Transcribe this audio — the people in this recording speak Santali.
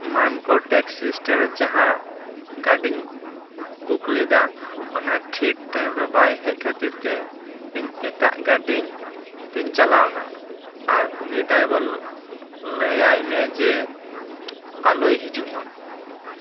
ᱢᱟᱱᱠᱚᱲ ᱴᱮᱠᱥᱤ ᱮᱥᱴᱮᱱᱰ ᱨᱮ ᱡᱟᱦᱟᱸ ᱜᱟᱹᱰᱤᱧ ᱵᱩᱠ ᱞᱮᱫᱟ ᱚᱱᱟ ᱴᱷᱤᱠ ᱴᱟᱭᱤᱢ ᱨᱮ ᱵᱟᱭ ᱦᱮᱡ ᱠᱷᱟᱹᱛᱤᱨ ᱛᱮ ᱤᱧ ᱮᱴᱟᱜ ᱜᱟᱹᱰᱤ ᱛᱮᱧ ᱪᱟᱞᱟᱣ ᱮᱱᱟ ᱟᱨ ᱩᱱᱤ ᱰᱨᱟᱭᱵᱷᱟᱨ ᱞᱟᱹᱭᱟᱭ ᱢᱮ ᱡᱮ ᱟᱞᱚᱭ ᱦᱤᱡᱩᱜ ᱢᱟ